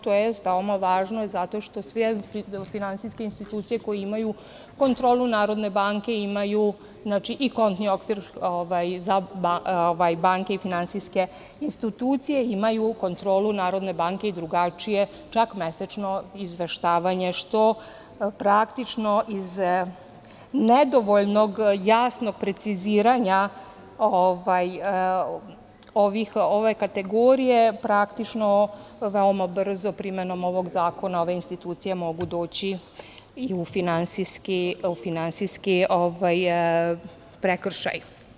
To je veoma važno zato što sve finansijske institucije koje imaju kontrolu NBS, imaju i kontni okvir za banke i finansijske institucije, imaju kontrolu NBS, čak mesečno izveštavanje, što praktično iz nedovoljno jasnog preciziranja ove kategorije, praktično veoma brzo, primenom ovog zakona, ove institucije mogu doći i u finansijski prekršaj.